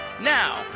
Now